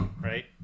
right